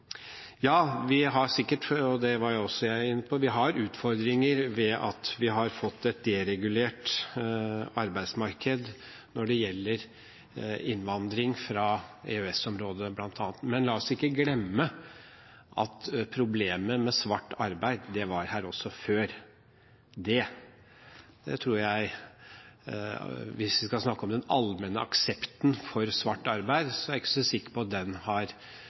Ja, vi har utfordringer ved at vi har fått et deregulert arbeidsmarked når det gjelder innvandring fra bl.a. EØS-området. Men la oss ikke glemme at problemet med svart arbeid også var her før det. Hvis vi skal snakke om den allmenne aksepten for svart arbeid, er jeg ikke så sikker på at den